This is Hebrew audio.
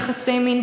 יחסי מין,